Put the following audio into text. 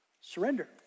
Surrender